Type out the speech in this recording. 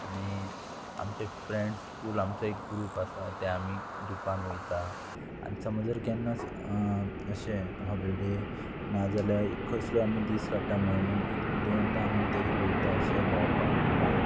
आनी आमचे friends full आमचो एक ग्रूप आसा ते आमी ग्रुपान वयता आनी समज जर केन्नाच अशें हॉलिडे नाजाल्यार कसलो आमी दीस काडटा म्हयनेन एक दोन दा आमी तरी वयता अशें भोंवपाक बी भायर